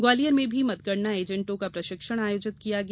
ग्वालियर में भी मतगणना एजेंटों का प्रशिक्षण आयोजित किया गया